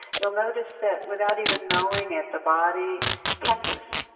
you'll notice that, without even knowing it, the body tenses,